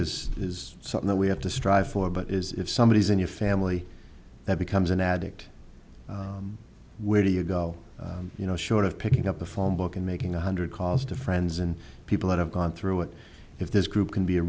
is is something that we have to strive for but is if somebody is in your family that becomes an addict where do you go you know short of picking up the phone book and making one hundred calls to friends and people that have gone through it if this group can be a